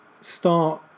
start